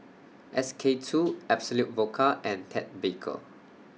S K two Absolut Vodka and Ted Baker